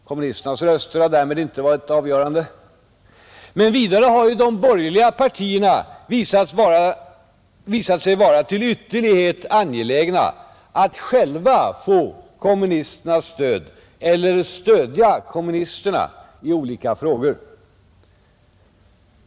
Kommunisternas röster har därmed inte varit avgörande, Vidare har de borgerliga partierna visat sig vara till ytterlighet angelägna om att själva få kommunisternas stöd — eller stödja kommunisterna — i olika frågor.